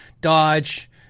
Dodge